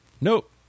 nope